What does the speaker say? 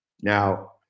now